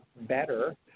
better